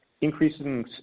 Increases